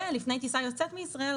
ולפני טיסה יוצאת מישראל,